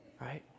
right